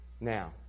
Now